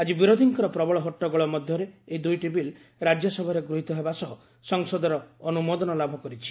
ଆଜି ବିରୋଧୀଙ୍କ ପ୍ରବଳ ହଟଗୋଳ ମଧ୍ୟରେ ଏହି ଦୁଇଟି ବିଲ୍ ରାଜ୍ୟ ସଭାରେ ଗୃହୀତ ହେବା ସହ ସଂସଦର ଅନୁମୋଦନ ଲାଭ କରିଛି